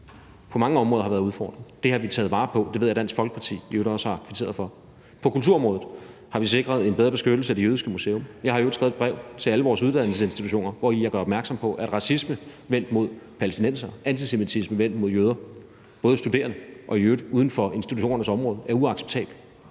på mange områder har været udfordret. Det har vi taget vare på. Det ved jeg at Dansk Folkeparti i øvrigt også har kvitteret for. På kulturområdet har vi sikret en bedre beskyttelse af Dansk Jødisk Museum. Jeg har i øvrigt skrevet et brev til alle vores uddannelsesinstitutioner, hvori jeg gør opmærksom på, at racisme vendt mod palæstinensere og antisemitisme vendt mod jøder, både i forhold til studerende og i øvrigt uden for institutionernes områder, er uacceptabelt.